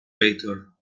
later